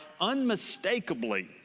unmistakably